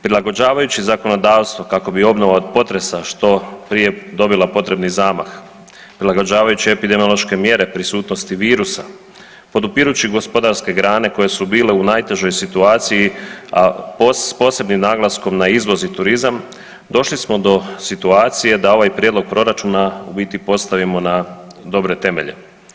Prilagođavajući zakonodavstvo kako bi obnova od potresa što prije dobila potrebni zamah, prilagođavajući epidemiološke mjere prisutnosti virusa, podupirući gospodarske grane koje su bile u najtežoj situaciji a s posebnim naglaskom na izvoz i turizam došli smo do situacije da ovaj prijedlog proračuna u biti postavimo na dobre temelje.